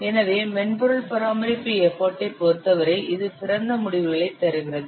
எனவே மென்பொருள் பராமரிப்பு எஃபர்ட் ஐ பொருத்தவரை இது சிறந்த முடிவுகளைத் தருகிறது